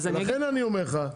ולכן אני אומר לך,